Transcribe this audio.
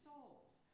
souls